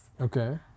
okay